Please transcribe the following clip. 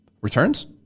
returns